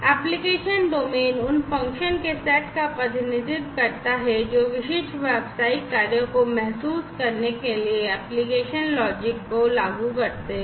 application domain उन function के set का प्रतिनिधित्व करता है जो विशिष्ट व्यावसायिक कार्यों को महसूस करने के लिए एप्लिकेशन लॉजिक को लागू करते हैं